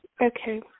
okay